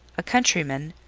a countryman,